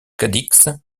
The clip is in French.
cadix